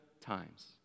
times